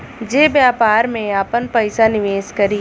जे व्यापार में आपन पइसा निवेस करी